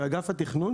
באגף התכנון,